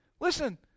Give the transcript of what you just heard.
listen